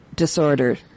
disorder